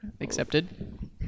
Accepted